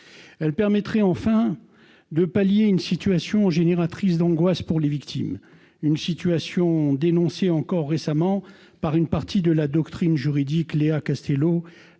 Elle permettrait enfin de pallier une situation génératrice d'angoisse pour les victimes, une situation dénoncée encore récemment par une partie de la doctrine juridique- Léa Castellon,